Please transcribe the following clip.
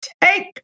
take